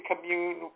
commune